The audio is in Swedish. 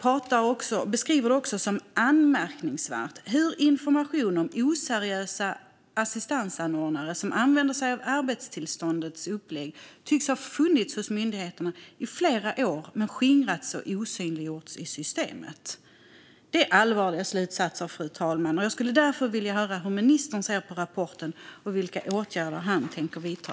Rapporten beskriver det också som anmärkningsvärt hur information om oseriösa assistansanordnare som använder sig av arbetstillståndets upplägg tycks ha funnits hos myndigheterna under flera år, men det har skingrats och osynliggjorts i systemet. Det är allvarliga slutsatser, fru talman, och jag skulle därför vilja höra hur ministern ser på rapporten och vilka åtgärder han tänker vidta.